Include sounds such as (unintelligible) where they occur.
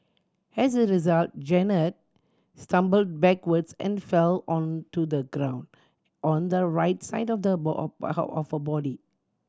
as a result Jeannette stumbled backwards and fell onto the ground on the right side of (unintelligible) of her body